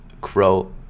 crow